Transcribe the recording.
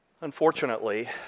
Unfortunately